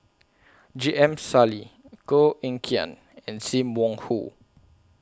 J M Sali Koh Eng Kian and SIM Wong Hoo